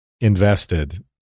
invested